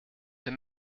der